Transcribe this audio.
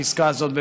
הפסקה הזאת,